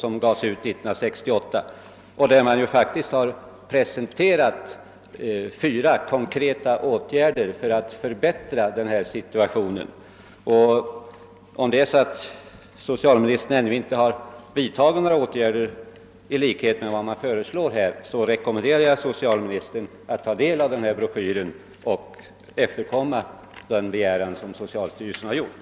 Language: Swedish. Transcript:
Denna utredning presenterade fyra konkreta förslag till åtgärder för att förbättra situationen och var färdig redan 1968. Om socialministern ännu inte vidtagit några sådana åtgärder som föreslås i denna utredning, rekommenderar jag socialministern att ta del av dess innehåll och efterkomma den begäran som socialstyrelsen gjort.